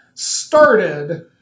started